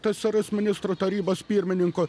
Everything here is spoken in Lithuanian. tsrs ministrų tarybos pirmininku